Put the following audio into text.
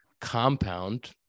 compound